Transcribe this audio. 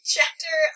Chapter